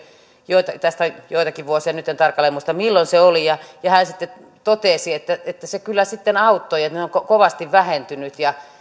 tästä on joitakin vuosia nyt en tarkalleen muista milloin se oli ja ja hän sitten totesi että että se kyllä sitten auttoi ne ovat kovasti vähentyneet